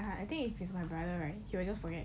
I think if it's my brother right he will just forget